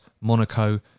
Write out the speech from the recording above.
Monaco